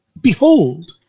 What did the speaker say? Behold